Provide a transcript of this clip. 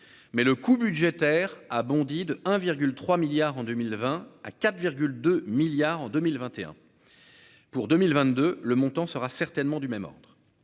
mais le coût budgétaire a bondi de 1,3 milliards en 2020 à 4 2 milliards en 2021 pour 2022 le montant sera certainement du même ordre,